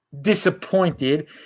Disappointed